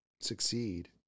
Succeed